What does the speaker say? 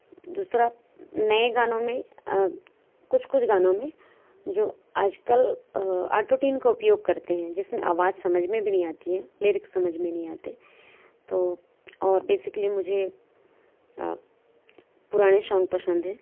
दूसरा नए गानों में कुछ कुछ गानों में जो आज कल ऑटो ट्यून का उपयोग करते हैं जिसमें आवाज़ समझ में भी नहीं आती है लिरिक्स समझ में नहीं आते तो और बेसिकली मुझे पुराने सॉंग पसंद हैं